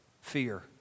fear